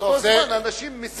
באותו זמן אנשים משיגים את הנשק הזה,